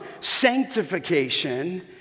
sanctification